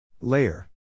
Layer